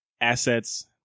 assets